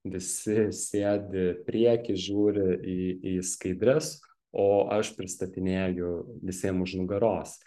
visi sėdi prieky žiūri į į skaidres o aš pristatinėju visiem už nugaros